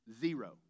Zero